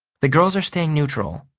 the girls are staying neutral.